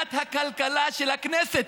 ועדת הכלכלה של הכנסת,